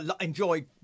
enjoy